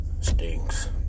stinks